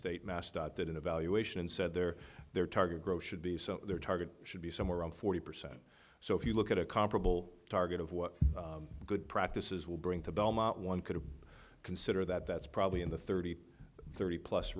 state mascot that evaluation and said there their target growth should be so their target should be somewhere around forty percent so if you look at a comparable target of what a good practice is will bring to belmont one could consider that that's probably in the thirty thirty plus